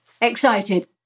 excited